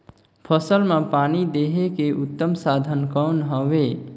फसल मां पानी देहे के उत्तम साधन कौन हवे?